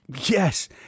Yes